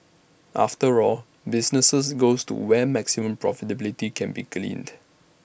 after all businesses goes to where maximum profitability can be gleaned